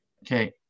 Okay